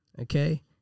okay